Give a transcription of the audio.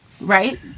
right